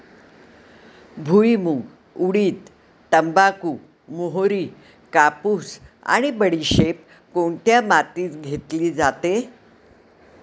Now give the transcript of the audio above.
भुईमूग, उडीद, तंबाखू, मोहरी, कापूस आणि बडीशेप कोणत्या मातीत घेतली जाते?